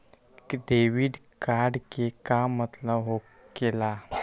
Debit card के का मतलब होकेला?